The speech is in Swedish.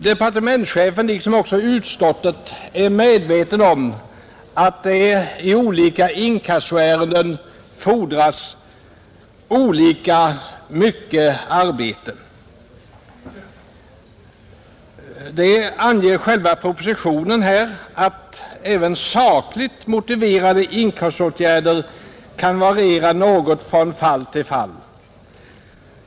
Departementschefen är liksom utskottet medveten om att det i olika inkassoärenden fordras olika mycket arbete. Propositionen anger att omfattningen även av sakligt motiverade inkassoåtgärder kan variera från fall till fall.